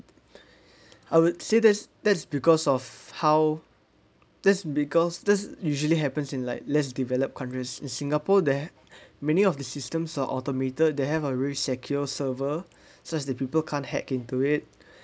I would say that's that's because of how that's because that's usually happens in like less developed countries in singapore there many of the systems are automated they have a really secure server such that people can't hack into it